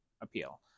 Appeal